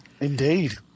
indeed